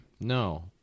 No